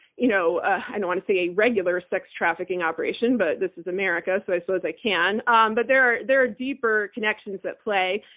you know ah i don't want to say a regular sex trafficking operation, but this is america, so i suppose i can. um but there are there are deeper connections at play,